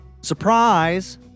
Surprise